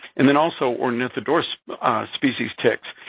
and then also ornithodoros species ticks.